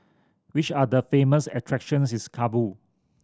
which are the famous attractions in Kabul